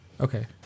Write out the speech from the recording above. Okay